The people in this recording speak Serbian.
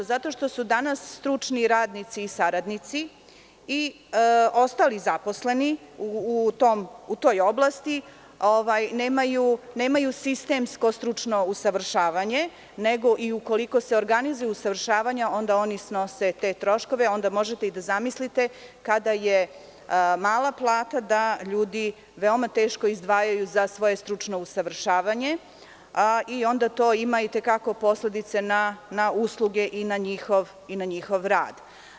Zato što danas stručni radnici i saradnici i ostali zaposleni u toj oblasti nemaju stručno usavršavanje, nego i ukoliko se organizuje usavršavanje onda oni snose te troškove i možete da zamislite kada je mala plata da ljudi veoma teško izdvajaju za svoje stručno usavršavanje i onda to ima i te kako posledice na usluge i njihov rad.